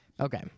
Okay